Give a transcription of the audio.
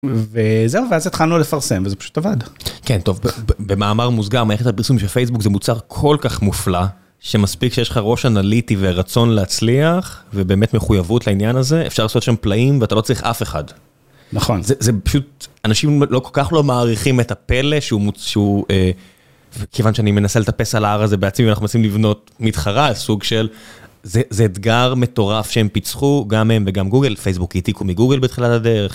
וזהו, ואז התחלנו לפרסם, וזה פשוט עבד. כן, טוב, במאמר מוסגר, מערכת הפרסום של פייסבוק, זה מוצר כל כך מופלא, שמספיק שיש לך ראש אנליטי ורצון להצליח, ובאמת מחויבות לעניין הזה, אפשר לעשות שם פלאים ואתה לא צריך אף אחד. נכון. זה פשוט, אנשים לא כל כך לא מעריכים את הפלא, שהוא, כיוון שאני מנסה לטפס על ההר הזה בעצמי, אנחנו מנסים לבנות מתחרה, סוג של, זה אתגר מטורף שהם פיצחו, גם הם וגם גוגל, פייסבוק העתיקו מגוגל בתחילת הדרך.